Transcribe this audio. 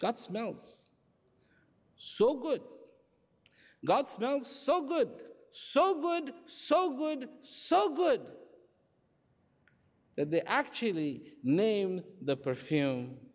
that smells so good god smell so good so good so good so good that they actually named the perfume